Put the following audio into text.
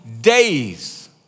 days